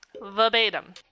Verbatim